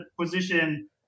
position